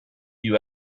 you